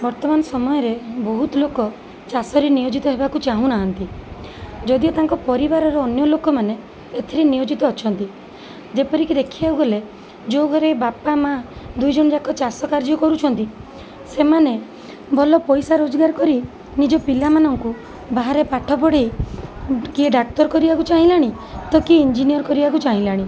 ବର୍ତ୍ତମାନ ସମୟରେ ବହୁତ ଲୋକ ଚାଷରେ ନିୟୋଜିତ ହେବାକୁ ଚାହୁଁନାହାଁନ୍ତି ଯଦିଓ ତାଙ୍କ ପରିବାରର ଅନ୍ୟ ଲୋକମାନେ ଏଥିରେ ନିୟୋଜିତ ଅଛନ୍ତି ଯେପରିକି ଦେଖିବାକୁଗଲେ ଯେଉଁ ଘରେ ବାପା ମାଁ ଦୁଇଜଣଯାକ ଚାଷକାର୍ଯ୍ୟ କରୁଛନ୍ତି ସେମାନେ ଭଲ ପଇସା ରୋଜଗାର କରି ନିଜ ପିଲାମାନଙ୍କୁ ବାହାରେ ପାଠପଢ଼ାଇ କିଏ ଡାକ୍ତର କରିବାକୁ ଚାହିଁଲାଣି ତ କିଏ ଇଞ୍ଜିନିୟର କରିବାକୁ ଚାହିଁଲାଣି